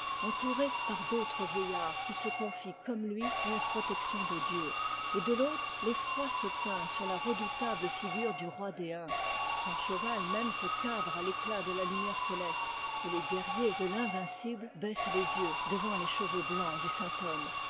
entouré par d'autres vieillards qui se confient comme lui à la protection de dieu et de l'autre l'effroi se peint sur la redoutable figure du roi des huns son cheval même se cabre à l'éclat de la lumière céleste et les guerriers de l'invincible baissent les yeux devant les cheveux blancs du